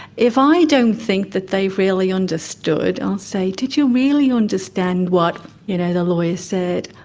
if i don't think that they've really understood i'll say, did you really understand what you know the lawyer said?